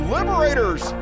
Liberators